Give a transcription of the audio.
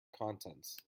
contents